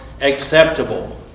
acceptable